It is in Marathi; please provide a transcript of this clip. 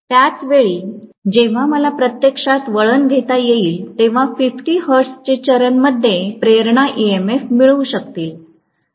त्याच वेळी जेव्हा मला प्रत्यक्षात वळण घेता येईल तेव्हा 50 हर्ट्जचे चरण मध्ये प्रेरणा ईएमएफ मिळवू शकतील